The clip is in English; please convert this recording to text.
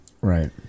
Right